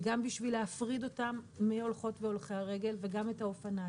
וגם בשביל להפריד אותם מהולכות והולכי הרגל וגם את האופניים.